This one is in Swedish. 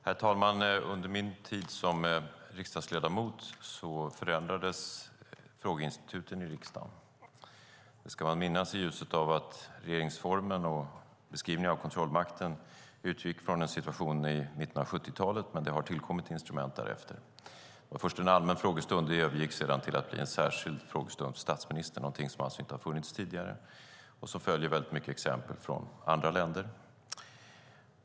Herr talman! Under min tid som riksdagsledamot förändrades frågeinstituten i riksdagen. Det ska man minnas i ljuset av att regeringsformen och beskrivningen av kontrollmakten utgick från en situation i mitten av 70-talet. Men det har tillkommit instrument därefter. Det var först en allmän frågestund. Sedan blev det en särskild frågestund för statsministern. Det är någonting som alltså inte har funnits tidigare och som väldigt mycket följer exempel från andra länder.